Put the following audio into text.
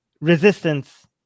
resistance